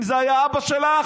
אם זה היה אבא שלך,